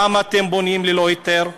למה אתם בונים ללא היתר?